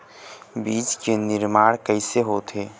बीज के निर्माण कैसे होथे?